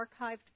archived